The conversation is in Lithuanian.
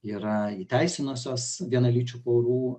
yra įteisinusios vienalyčių porų